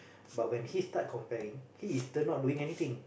but when he start comparing he is still not doing anything